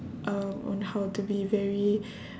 uh on how to be very